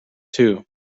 too